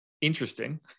interesting